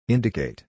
Indicate